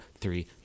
three